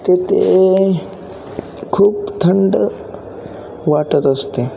तेथे खूप थंड वाटत असते